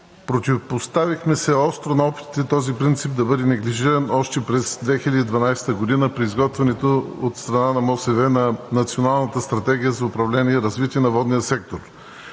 Противопоставихме се остро на опитите този принцип да бъде неглижиран още през 2012 г. при изготвянето от страна на МОСВ на Националната стратегия за управление и развитие на водния сектор.